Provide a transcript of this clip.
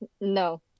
No